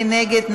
מי נגד?